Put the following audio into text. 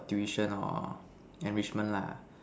tuition or enrichment lah